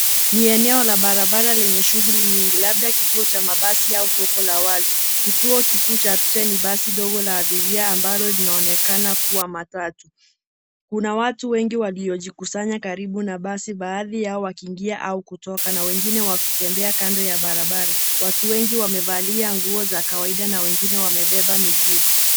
Ni eneo la barabara lenye shughuli nyingi labda kituo cha mabasi au soko la wazi. Kituo kikuu cha picha ni basi ndogo la abiria ambalo linaonekana kuwa matatu. Kuna watu wengi waliojikusanya karibu na basi baadhi yao wakingia au kutoka na wengine wakitembea kando ya barabara. Watu wengi wamevalia nguo za kawaida na wengine wamebeba mizigo.